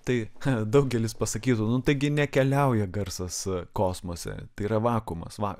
tai daugelis pasakytų nu taigi nekeliauja garsas kosmose yra vakuumas va